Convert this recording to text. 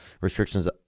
Restrictions